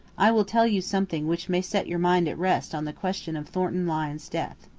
i will tell you something which may set your mind at rest on the question of thornton lyne's death.